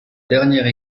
dernière